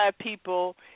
people